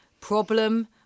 problem